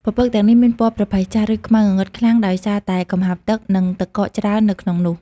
ពពកទាំងនេះមានពណ៌ប្រផេះចាស់ ឬខ្មៅងងឹតខ្លាំងដោយសារតែកំហាប់ទឹក និងទឹកកកច្រើននៅក្នុងនោះ។